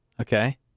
Okay